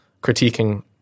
critiquing